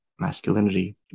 Masculinity